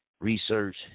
Research